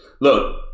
Look